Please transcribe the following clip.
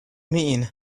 mean